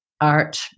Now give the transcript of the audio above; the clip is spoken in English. art